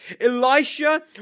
Elisha